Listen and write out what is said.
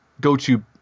go-to